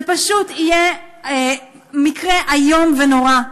זה פשוט יהיה מקרה איום ונורא.